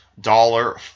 dollar